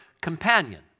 companion